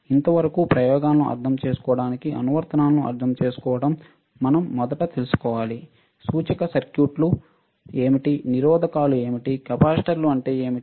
ఇంత వరకు ప్రయోగాలను అర్థం చేసుకోవడానికి అనువర్తనాలను అర్థం చేసుకోవడం మనం మొదట తెలుసుకోవాలి సూచిక సర్క్యూట్లు ఏమిటి నిరోధకాలు ఏమిటి కెపాసిటర్లు అంటే ఏమిటి